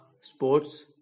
sports